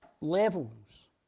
levels